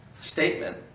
statement